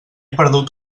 perdut